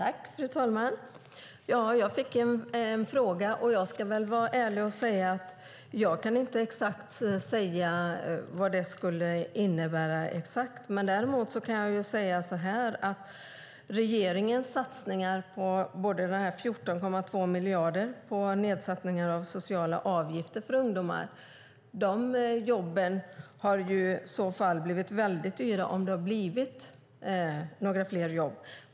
Fru talman! Jag fick en fråga. Jag ska väl vara ärlig med att jag inte exakt kan säga vad det skulle innebära. Däremot har regeringens satsningar med 14,2 miljarder på nedsättning av sociala avgifter för ungdomar inneburit att de jobben blivit väldigt dyra om det blivit några fler jobb.